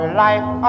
life